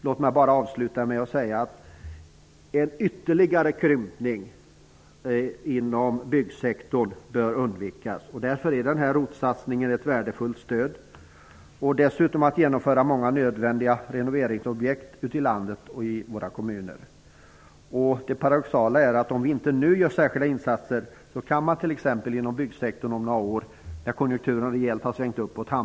Låt mig avsluta med att säga att en ytterligare krympning inom byggsektorn bör undvikas. Därför är den här ROT-satsningen ett värdefullt stöd för att genomföra många nödvändiga renoveringar ute i landet och i våra kommuner. Det paradoxala är att om vi inte nu gör särskilda insatser kan vi hamna i en överhettningssituation inom byggsektorn om några år när konjunkturen rejält har svängt uppåt.